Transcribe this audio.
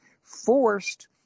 forced